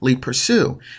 pursue